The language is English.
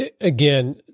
Again